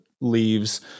leaves